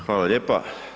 Hvala lijepa.